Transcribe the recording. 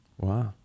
Wow